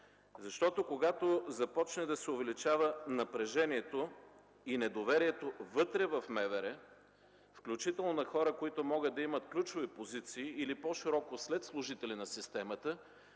защото когато започне да се увеличава напрежението и недоверието вътре в МВР, включително на хора, които могат да имат ключови позиции или по-широко – сред служители на системата,